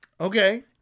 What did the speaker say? Okay